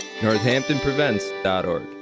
NorthamptonPrevents.org